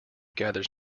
gathers